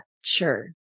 sure